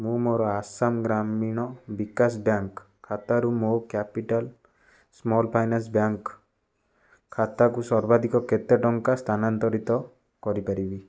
ମୁଁ ମୋର ଆସାମ ଗ୍ରାମୀଣ ବିକାଶ ବ୍ୟାଙ୍କ୍ ଖାତାରୁ ମୋ କ୍ୟାପିଟାଲ୍ ସ୍ମଲ୍ ଫାଇନାନ୍ସ ବ୍ୟାଙ୍କ୍ ଖାତାକୁ ସର୍ବାଧିକ କେତେ ଟଙ୍କା ସ୍ଥାନାନ୍ତରିତ କରି ପାରିବି